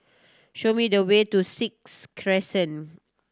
show me the way to Sixth Crescent